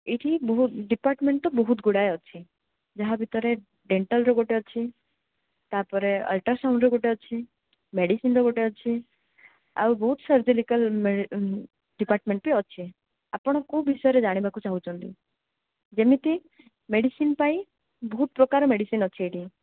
ଏଇଠି ବହୁତ ଡିପାର୍ଟମେଣ୍ଟ ତ ବହୁତ ଗୁଡ଼ାଏ ଅଛି ଯାହା ଭିତରେ ଡେଣ୍ଟାଲର ଗୋଟେ ଅଛି ତା'ପରେ ଅଲଟ୍ରାସାଉଣ୍ଡର ଗୋଟେ ଅଛି ମେଡ଼ିସିନର ଗୋଟେ ଅଛି ଆଉ ବହୁତ ସର୍ଜିକାଲ୍ ଡିପାର୍ଟମେଣ୍ଟ ବି ଅଛି ଆପଣ କେଉଁ ବିଷୟରେ ଜାଣିବାକୁ ଚାହୁଁଛନ୍ତି ଯେମିତି ମେଡ଼ିସିନ ପାଇଁ ବହୁତ ପ୍ରକାର ମେଡ଼ିସିନ ଅଛି ଏଇଠି